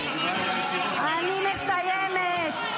אני מסיימת.